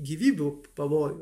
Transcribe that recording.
gyvybių pavojų